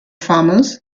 farmers